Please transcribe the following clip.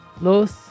Los